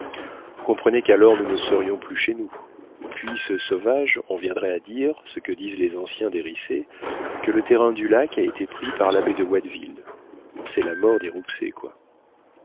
vous comprenez qu'alors nous ne serions plus chez nous puis ce sauvage en viendrait à dire ce que disent les anciens des riceys que le terrain du lac a été pris par l'abbé de watteville c'est la mort des rouxey